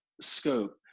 scope